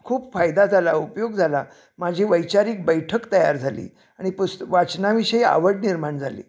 खूप फायदा झाला उपयोग झाला माझी वैचारिक बैठक तयार झाली आणि पुस्त वाचनाविषयी आवड निर्माण झाली